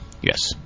Yes